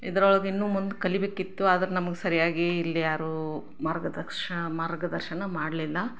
ಇದ್ರೊಳಗೆ ಇನ್ನೂ ಮುಂದೆ ಕಲಿಯಬೇಕಿತ್ತು ಆದ್ರೆ ನಮಗೆ ಸರಿಯಾಗಿ ಇಲ್ಲಿ ಯಾರೂ ಮಾರ್ಗದಕ್ಷ ಮಾರ್ಗದರ್ಶನ ಮಾಡಲಿಲ್ಲ